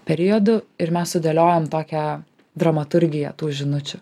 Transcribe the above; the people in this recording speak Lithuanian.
periodų ir mes sudėliojom tokią dramaturgiją tų žinučių